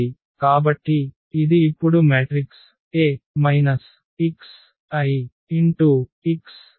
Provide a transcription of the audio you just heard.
కాబట్టి ఇది ఇప్పుడు మ్యాట్రిక్స్ A xIx 0